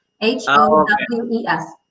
H-O-W-E-S